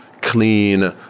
clean